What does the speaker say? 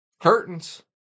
curtains